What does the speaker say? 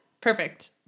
Perfect